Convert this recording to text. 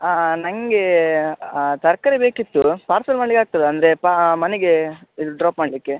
ಹಾಂ ಹಾಂ ನನಗೆ ಹಾಂ ತರಕಾರಿ ಬೇಕಿತ್ತು ಪಾರ್ಸೆಲ್ ಮಾಡ್ಲಿಕ್ಕೆ ಆಗ್ತದ ಅಂದರೆ ಪಾ ಮನೆಗೆ ಡ್ರಾಪ್ ಮಾಡಲಿಕ್ಕೆ